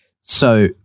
So-